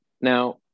now